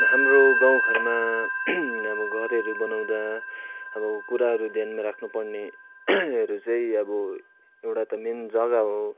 हाम्रो गाउँघरमा अब घरहरू बनाउँदा अब कुराहरू ध्यानमा राख्नुपर्ने हरू चाहिँ अब एउटा त मेन जग्गा हो